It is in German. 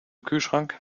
kühlschrank